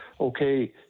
okay